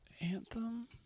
Anthem